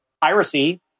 piracy